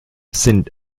sind